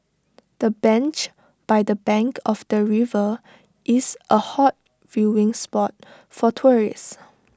the bench by the bank of the river is A hot viewing spot for tourists